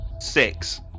six